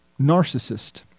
Narcissist